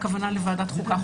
והכוונה לוועדת חוקה,